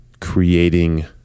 creating